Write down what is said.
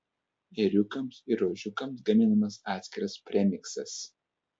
ėriukams ir ožkiukams gaminamas atskiras premiksas